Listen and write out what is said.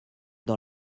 dans